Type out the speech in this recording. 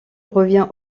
revient